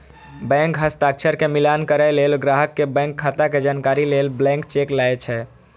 bank हस्ताक्षर के मिलान करै लेल, ग्राहक के बैंक खाता के जानकारी लेल ब्लैंक चेक लए छै